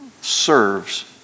serves